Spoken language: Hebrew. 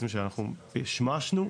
שאנחנו בעצם השמשנו,